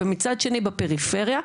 תודה רבה.